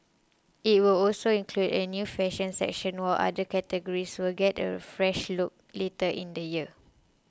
it will also include a new fashion section while other categories will get a fresh look later in the year